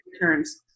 returns